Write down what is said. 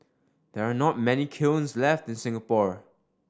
there are not many kilns left in Singapore